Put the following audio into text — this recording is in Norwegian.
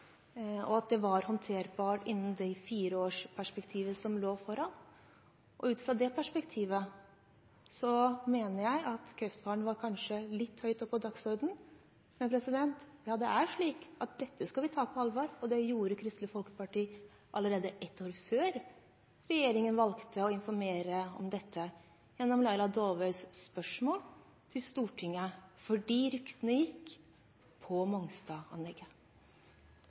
og at det var håndterbart innen det fireårsperspektivet som lå foran. Ut fra det perspektivet mener jeg at kreftfaren kanskje var litt høyt oppe på dagsordenen. Men det er slik at dette skal vi ta på alvor. Det gjorde Kristelig Folkeparti allerede ett år før regjeringen valgte å informere om dette, gjennom Laila Dåvøys spørsmål i Stortinget, fordi ryktene gikk